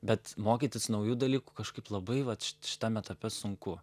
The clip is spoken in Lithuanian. bet mokytis naujų dalykų kažkaip labai vat šit šitam etape sunku